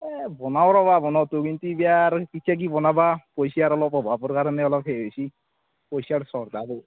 এই বনাওঁ ৰ'বা বনাওঁ পিঠা কি বনাবা পইচাৰ অলপ অভাৱৰ কাৰণে অলপ সেই হৈছি পইচাৰ চৰ্ট